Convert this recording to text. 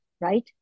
right